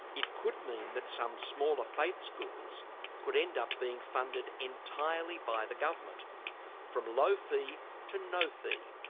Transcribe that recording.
it could mean that some smaller faith schools could end up being funded entirely by the government from low fee to no fee.